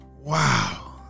Wow